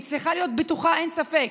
היא צריכה להיות בטוחה, אין ספק,